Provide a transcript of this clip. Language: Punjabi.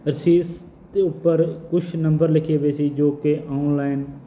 ਰਸੀਦ ਦੇ ਉੱਪਰ ਕੁਛ ਨੰਬਰ ਲਿਖੇ ਹੋਏ ਸੀ ਜੋ ਕਿ ਔਨਲਾਇਨ